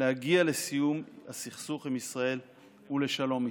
להגיע לסיום הסכסוך עם ישראל ולשלום איתה.